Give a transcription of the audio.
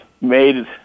made